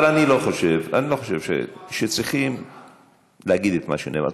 אבל אני לא חושב שצריכים להגיד את מה שנאמר.